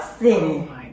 City